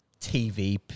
TV